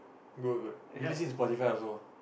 good good release in Spotify also